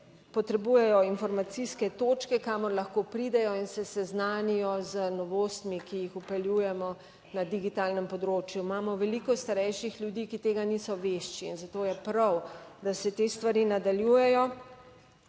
potrebujejo informacijske točke, kamor lahko pridejo in se seznanijo z novostmi, ki jih vpeljujemo na digitalnem področju .Imamo veliko starejših ljudi, ki tega niso vešči in zato je prav, da se te stvari nadaljujejo